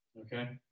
Okay